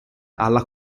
alla